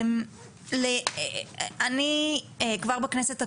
אני כבר בכנסת הקודמת,